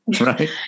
right